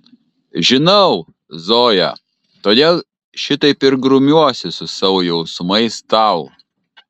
žinau zoja todėl šitaip ir grumiuosi su savo jausmais tau